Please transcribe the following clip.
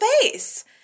face